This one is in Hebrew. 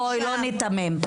בואי, לא ניתמם.